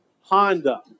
Honda